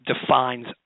defines